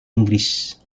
inggris